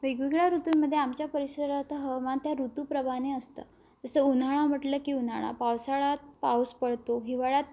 वेगवेगळ्या ऋतूंमध्ये आमच्या परिसरात हवामान त्या ऋतूप्रमाणे असतं जसं उन्हाळा म्हटलं की उन्हाळा पावसाळ्यात पाऊस पडतो हिवाळ्यात